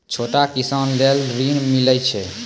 छोटा किसान लेल ॠन मिलय छै?